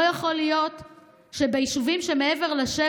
לא יכול להיות שביישובים שמעבר ל-7